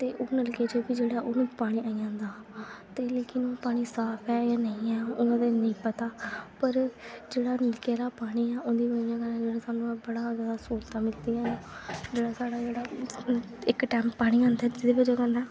ते ओह् नलके जेह्ड़ा ओह् पानी आई जंदा ते लेकिन पानी साफ ऐ जां नेईं ऐ ओह्दा ऐनी पता पर जेह्ड़ा नलके दा पानी ऐ ओह्दी वजह् कन्नै सानूं बड़ा गै स्हूलतां मिलदियां न साढ़ा जेह्ड़ा इक टैम पानी आंदा जेह्दे वजह् कन्नै